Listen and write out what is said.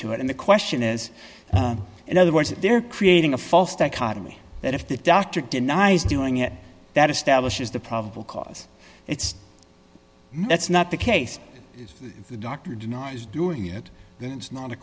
to it in the question as in other words they're creating a false dichotomy that if the doctor denies doing it that establishes the probable cause it's that's not the case if the doctor denies doing it then it's not a